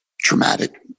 traumatic